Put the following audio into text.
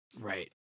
Right